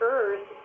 Earth